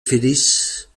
felice